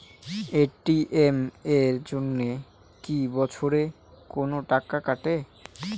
ATM এর জন্যে কি বছরে কোনো টাকা কাটে?